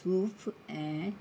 सूफ़ु ऐं